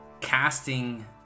casting